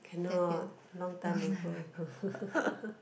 cannot long time ago